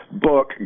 book